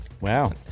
Wow